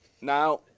Now